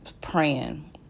praying